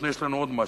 יש לנו עוד משהו.